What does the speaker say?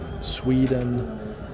Sweden